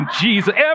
Jesus